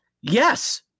Yes